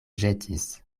ĵetis